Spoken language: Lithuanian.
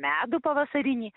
medų pavasarinį